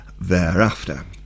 thereafter